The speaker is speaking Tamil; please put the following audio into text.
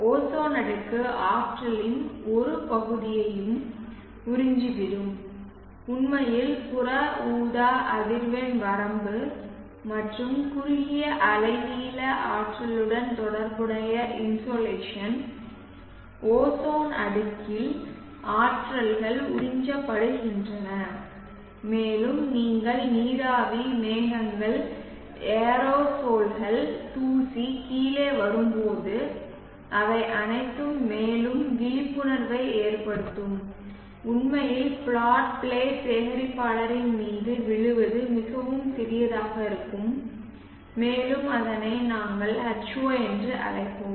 ஓசோன் அடுக்கு ஆற்றலின் ஒரு பகுதியையும் உறிஞ்சிவிடும் உண்மையில் புற ஊதா அதிர்வெண் வரம்பு மற்றும் குறுகிய அலைநீள ஆற்றலுடன் தொடர்புடைய இன்சோலேஷன் ஓசோன் அடுக்கில் ஆற்றல்கள் உறிஞ்சப்படுகின்றன மேலும் நீங்கள் நீராவி மேகங்கள் ஏரோசோல்கள் தூசி கீழே வரும்போது அவை அனைத்தும் மேலும் விழிப்புணர்வை ஏற்படுத்தும் உண்மையில் பிளாட் பிளேட் சேகரிப்பாளரின் மீது விழுவது மிகவும் சிறியதாக இருக்கும் மேலும் அதை நாங்கள் ஹா என்று அழைப்போம்